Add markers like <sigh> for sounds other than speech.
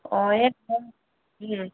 অঁ <unintelligible>